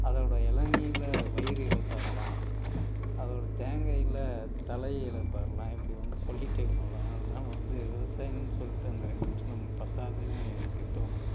அதோடய எளநீர்ல வயிறு இளைப்பாறலாம் அதோடய தேங்காய்ல தலை இளைப்பாறலாம் இப்படி வந்து சொல்லிகிட்டே போகலாம் அதனால் வந்து விவசாயம்னு சொல்லிட்டு அந்த ரெண்டு நிமிஷம் நமக்கு பற்றாதுன்னே எனக்கு தோணுது